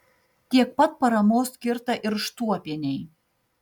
tiek pat paramos skirta ir štuopienei